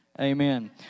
amen